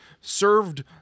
served